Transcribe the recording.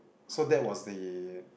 so that was the